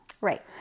Right